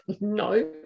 No